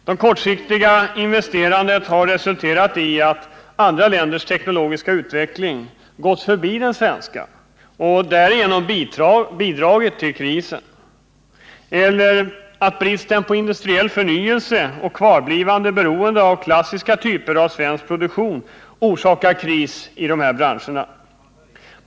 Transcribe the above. Det kortsiktiga investerandet har resulterat i att andra länders teknologiska utveckling gått förbi den svenska, vilket bidragit till krisen. Eller också har bristen på industriell förnyelse och kvarblivande beroende av klassiska typer av svensk produktion orsakat kris i dessa branscher.